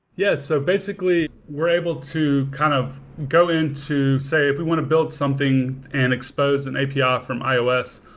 yes. so basically, we're able to kind of go into say, if we want to build something and expose an api ah from ios,